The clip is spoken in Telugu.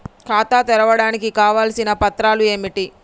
ఖాతా తెరవడానికి కావలసిన పత్రాలు ఏమిటి?